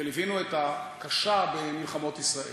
וליווינו את הקשה במלחמות ישראל.